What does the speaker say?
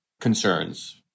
concerns